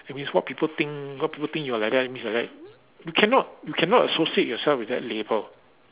that means what people think what people think you are like that means you are like that you cannot you cannot associate yourself with that label